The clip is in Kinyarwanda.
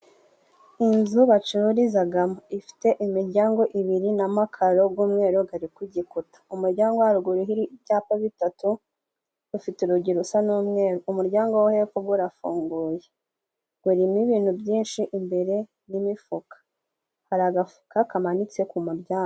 Inzu bacururizamo ifite imiryango ibiri na makaro y'umweru ari kugikuta umuryango wa haruguru hari ibyapa bitatu bafite urugi rusa n'umweru umuryango wo hepfo urafunguye urimo ibintu byinshi imbere n'imifuka hari agafuka kamanitse ku muryango.